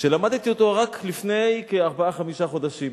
שלמדתי רק לפני כארבעה-חמישה חודשים.